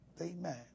Amen